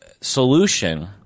solution